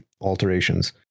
alterations